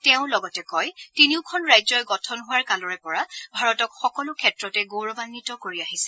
তেওঁ লগতে কয় তিনিওখন ৰাজ্যই গঠন হোৱাৰ কালৰে পৰা ভাৰতক সকলো ক্ষেত্ৰতে গৌৰৱান্বিত কৰি আহিছে